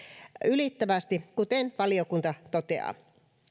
ylittävästi kuten valiokunta toteaa